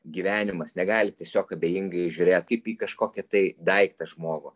gyvenimas negali tiesiog abejingai žiūrėt kaip į kažkokį tai daiktą žmogų